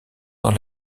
dans